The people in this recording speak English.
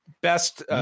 Best